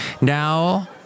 Now